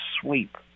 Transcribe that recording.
sweep